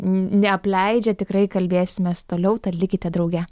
neapleidžia tikrai kalbėsimės toliau tad likite drauge